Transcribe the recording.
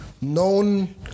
known